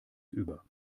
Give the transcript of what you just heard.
über